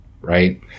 right